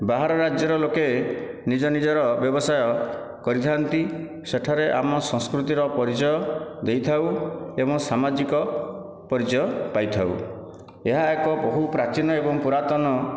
ବାହାର ରାଜ୍ୟର ଲୋକେ ନିଜ ନିଜର ବ୍ୟବସାୟ କରିଥାନ୍ତି ସେଠାରେ ଆମ ସଂସ୍କୃତିର ପରିଚୟ ଦେଇଥାଉ ଏବଂ ସାମାଜିକ ପରିଚୟ ପାଇଥାଉ ଏହା ଏକ ବହୁ ପ୍ରାଚୀନ ଓ ପୁରାତନ